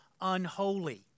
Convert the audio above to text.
unholy